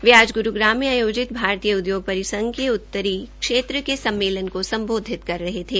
वह आज गुरूग्राम में आयोजित भारतीय उद्योग परिसंघ के उत्तरी क्षेत्र के सम्मेलन को सम्बोधित कर रहे थे